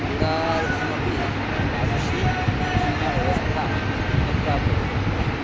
क्रीडार्थमपि तादृशी समीचीना व्यवस्था न प्राप्यते तत्र